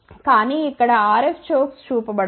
కానీ ఇక్కడ RF chokes చూపబడవు